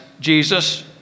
Jesus